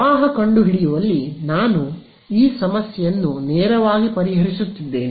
ಪ್ರವಾಹ ಕಂಡುಹಿಡಿಯುವಲ್ಲಿ ನಾನು ಈ ಸಮಸ್ಯೆಯನ್ನು ನೇರವಾಗಿ ಪರಿಹರಿಸುತ್ತಿದ್ದೇನೆ